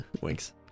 winks